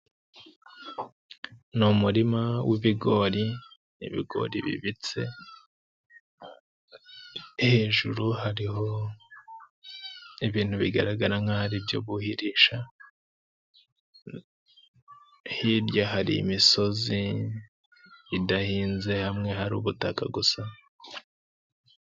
Ni umurima w'ibigori, ibigori bibitse, hejuru hariho ibintu bigaragara nkaho ari byo buhirisha, hirya hari imisozi idahinze hamwe hari ubutaka gusa.